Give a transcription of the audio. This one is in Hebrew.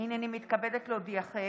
הינני מתכבדת להודיעכם,